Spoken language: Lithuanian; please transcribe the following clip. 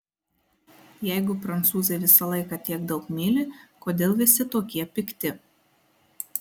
jeigu prancūzai visą laiką tiek daug myli kodėl visi tokie pikti